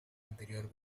anterior